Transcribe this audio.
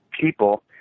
people